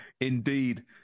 indeed